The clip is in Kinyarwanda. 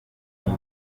park